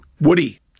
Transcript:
Woody